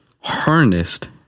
harnessed